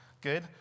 Good